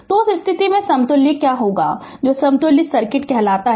तो उस स्थिति में समतुल्य क्या होगा जो समतुल्य सर्किट कहलाता है